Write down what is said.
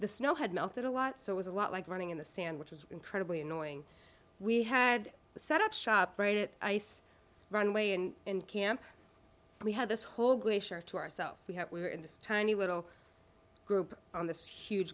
the snow had melted a lot so it was a lot like running in the sand which was incredibly annoying we had to set up shop right at ice runway and camp and we had this whole glacier to ourselves we had we were in this tiny little group on this huge